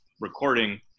recording